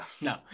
no